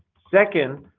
second,